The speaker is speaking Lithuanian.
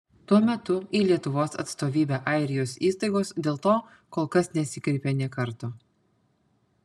tuo metu į lietuvos atstovybę airijos įstaigos dėl to kol kas nesikreipė nė karto